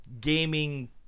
gaming